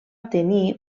tenir